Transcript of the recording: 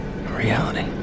Reality